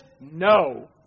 no